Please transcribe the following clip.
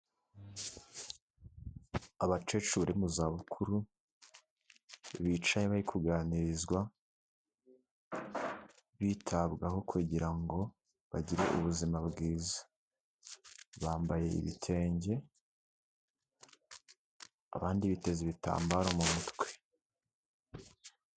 Abakecuru bari mu za bukuru, bicaye bari kuganirizwa, bitabwaho kugira ngo bagire ubuzima bwiza, bambaye ibitenge, abandi biteza ibitambaro mu mutwe.